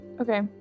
Okay